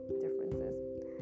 differences